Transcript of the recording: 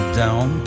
down